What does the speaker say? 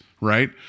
right